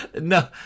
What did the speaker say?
No